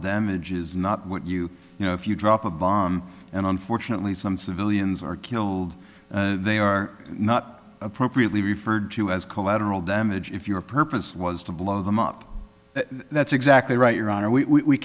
damage is not what you know if you drop a bomb and unfortunately some civilians are killed they are not appropriately referred to as collateral damage if your purpose was to blow them up that's exactly right your honor we